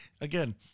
again